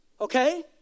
Okay